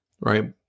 Right